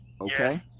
Okay